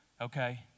okay